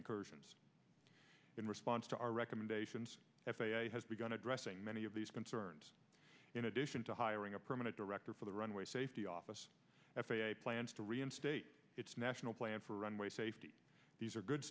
incursions in response to our recommendations f a a has begun addressing many of these concerns in addition to hiring a permanent director for the runway safety office f a a plans to reinstate its national plan for runway safety these are good